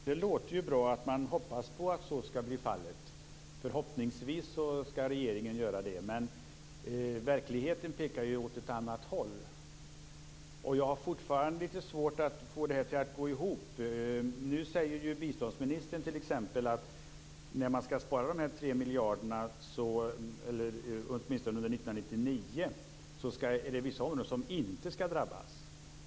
Fru talman! Det låter bra att man hoppas på att så skall bli fallet och att regeringen förhoppningsvis skall göra det. Men verkligheten pekar åt ett annat håll. Jag har fortfarande lite svårt att få detta att gå ihop. Nu säger biståndsministern t.ex. att det är vissa områden som inte skall drabbas av att man skall spara dessa 3 miljarder - åtminstone inte under 1999.